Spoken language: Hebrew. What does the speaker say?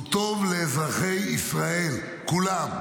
הוא טוב לאזרחי ישראל כולם.